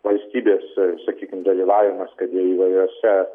valstybės sakykim dalyvavimas kad ir įvairiose